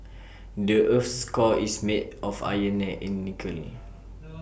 the Earth's core is made of iron and nickel